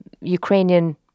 ukrainian